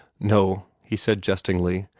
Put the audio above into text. no, he said jestingly.